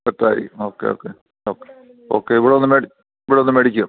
സെറ്റായി okay okay okay okay ഇവിടെ വന്നു മേടിക്കുമോ ഇവിടെ വന്ന് മേടിക്കുമോ